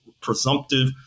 presumptive